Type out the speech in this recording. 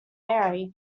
mary